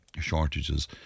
shortages